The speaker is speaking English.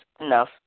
enough